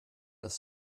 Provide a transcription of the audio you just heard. das